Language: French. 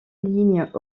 lignes